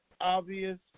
obvious